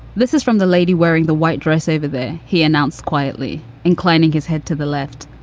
this is from the lady wearing the white dress over there. he announced quietly inclining his head to the left.